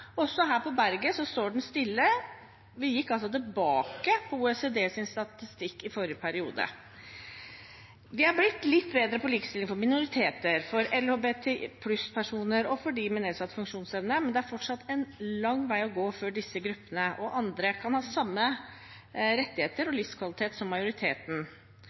Også her på berget står den stille. Vi gikk altså tilbake på OECDs statistikk i forrige periode. Vi har blitt litt bedre på likestilling for minoriteter, for LHBT+-personer og for dem med nedsatt funksjonsevne, men det er fortsatt en lang vei å gå før disse gruppene og andre kan ha samme rettigheter og livskvalitet som majoriteten.